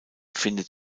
findet